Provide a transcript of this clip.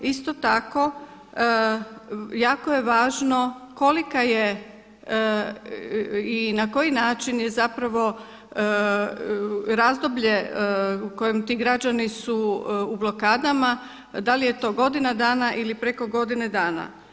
Ito tako jako je važno kolika je i na koji način je zapravo razdoblje u kojem ti građani su u blokadama, da li je to godina dana ili preko godine dana.